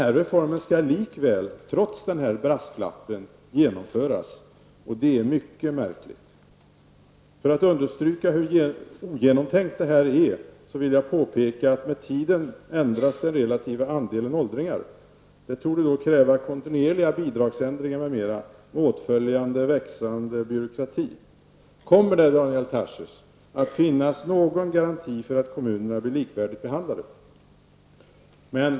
Reformen skall trots denna brasklapp genomföras, och det är mycket märkligt. För att understryka hur ogenomtänkt detta är vill jag påpeka att den relativa andelen åldringar ändrar sig med tiden. Det torde kräva kontinuerliga bidragsändringar m.m. med åtföljande växande byråkrati. Kommer det, Daniel Tarschys, att finnas någon garanti för att kommunerna blir likvärdigt behandlade?